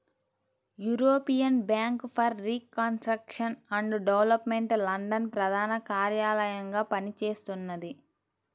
European Bank for Reconstruction and Development London ప్రధాన కార్యాలయంగా పనిచేస్తున్నది